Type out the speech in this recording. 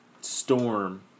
storm